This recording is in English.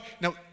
Now